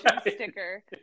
sticker